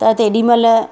त तेॾी महिल